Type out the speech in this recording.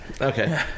okay